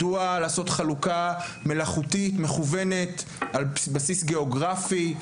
מדוע לעשות חלוקה מלאכותית מכוונת על בסיס גיאוגרפי,